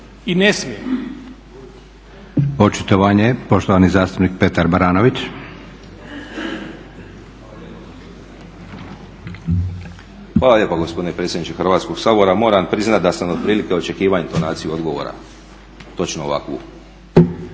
i ne smije.